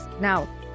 Now